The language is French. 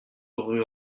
rue